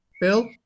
Bill